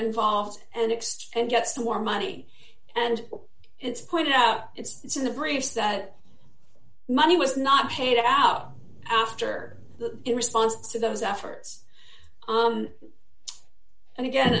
involved and extend get some more money and it's pointed out it's in the briefs that money was not paid out after the response to those efforts and again